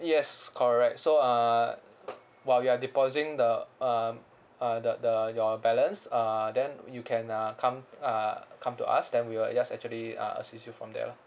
yes correct so uh while you are depositing the um uh the the your balance uh then you can uh come uh come to us then we will just actually uh assist you from there lah